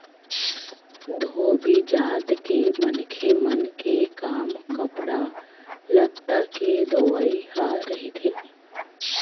धोबी जात के मनखे मन के काम कपड़ा लत्ता के धोवई ह रहिथे